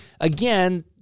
again